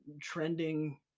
trending